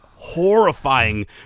horrifying